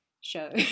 show